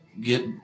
get